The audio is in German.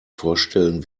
vorstellen